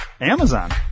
Amazon